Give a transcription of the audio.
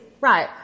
Right